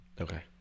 Okay